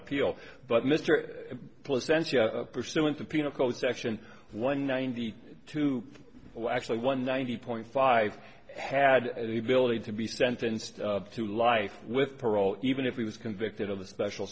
appeal but mr placentia pursuant to penal code section one ninety two well actually one ninety point five had the ability to be sentenced to life with parole even if he was convicted of the special